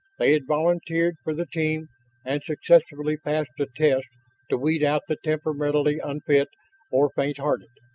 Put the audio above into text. they had volunteered for the team and successfully passed the tests to weed out the temperamentally unfit or fainthearted.